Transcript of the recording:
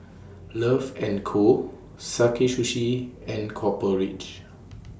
Love and Co Sakae Sushi and Copper Ridge